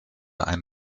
ein